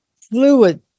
fluid